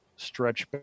stretch